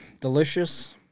Delicious